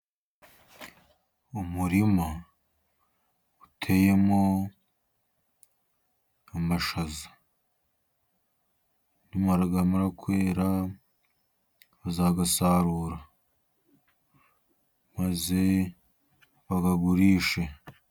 Umurima uteyemo amashaza. Namara kwera bazasarura, maze bayagurishe.